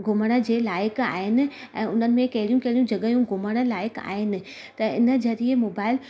घुमण जे लाइक़ु आहिनि ऐं उन्हनि में कहिड़ियूं कहिड़ियूं जॻहियूं घुमण लाइक़ु आहिनि त इन ज़रिए मोबाइल